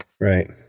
Right